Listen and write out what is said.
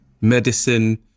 medicine